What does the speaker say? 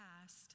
past